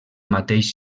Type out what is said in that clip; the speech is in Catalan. mateix